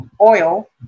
oil